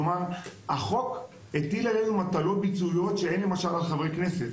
כלומר החוק הטיל עלינו מטלות ביצועיות שאין למשל על חברי כנסת.